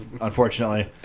unfortunately